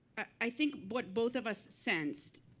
i think what both of us sensed